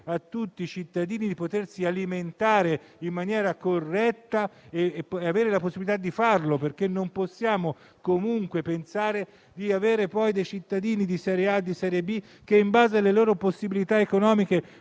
a tutti i cittadini di potersi alimentare in maniera corretta, perché non possiamo comunque pensare di avere poi cittadini di serie A e di serie B, che, in base alle loro possibilità economiche,